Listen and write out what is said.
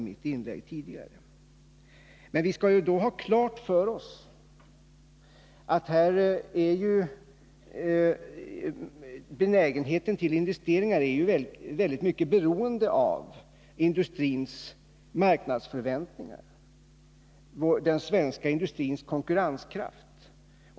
Men vi skall ha klart för oss att benägenheten till investeringar är mycket beroende av industrins marknadsförväntningar, den svenska industrins konkurrenskraft.